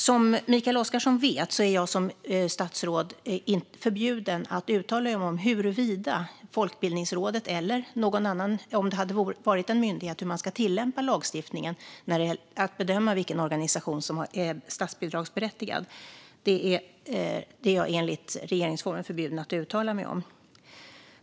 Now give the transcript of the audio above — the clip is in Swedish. Som Mikael Oscarsson vet är jag som statsråd förbjuden att uttala mig om hur Folkbildningsrådet - eller om det hade varit en myndighet - ska tillämpa lagstiftningen när det gäller att bedöma vilka organisationer som är statsbidragsberättigade. Det är jag enligt regeringsformen förbjuden att uttala mig om.